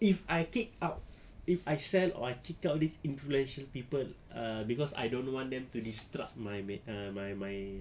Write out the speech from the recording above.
if I kick out if I sell or I kick out all these influential people ah cause I don't want them to disrupt my my my